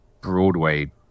Broadway